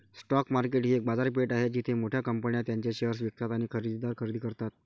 stock market ही एक बाजारपेठ आहे जिथे मोठ्या कंपन्या त्यांचे शेअर्स विकतात आणि खरेदीदार खरेदी करतात